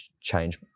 change